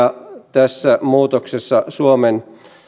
tässä muutoksessa suomen